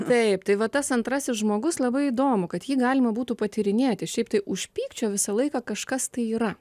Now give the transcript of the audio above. taip tai va tas antrasis žmogus labai įdomu kad jį galima būtų patyrinėti šiaip tai už pykčio visą laiką kažkas tai yra